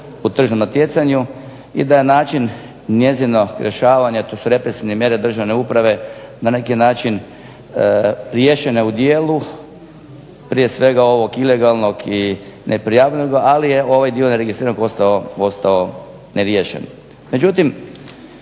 u tržnom natjecanju i da je način njezinog rješavanja to su represivne mjere državne uprave na neki način riješene u dijelu prije svega ovog ilegalnog i neprijavljenoga ali je ovaj dio neregistriranog ostao neriješen.